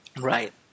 Right